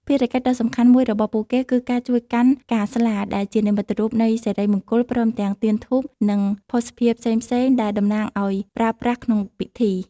ភារកិច្ចដ៏សំខាន់មួយរបស់ពួកគេគឺការ ជួយកាន់ផ្កាស្លា ដែលជានិមិត្តរូបនៃសិរីមង្គល ព្រមទាំង ទៀនធូប និង ភ័ស្តុភារផ្សេងៗ ដែលតម្រូវឱ្យប្រើប្រាស់ក្នុងពិធី។